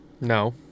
No